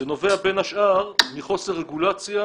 זה נובע בין השאר מחוסר רגולציה